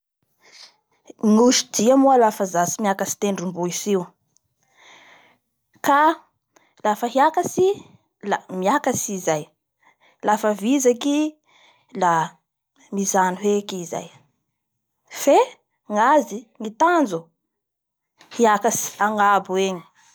Gnosy dia moa lafa zatsy miakatsy tendrimbohitsy io ka lafa hiakatsy i da miakatsy i zay, lafa vizaky i la mijano heky i zay fe gnazy ny tanjo da hiakatsy agnabo egny!